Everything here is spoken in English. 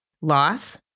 loss